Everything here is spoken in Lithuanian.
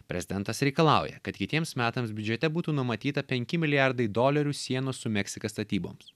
prezidentas reikalauja kad kitiems metams biudžete būtų numatyta penki milijardai dolerių sienos su meksika statyboms